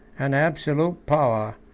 an absolute power,